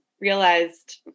realized